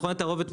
מכון התערובת,